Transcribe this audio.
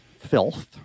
filth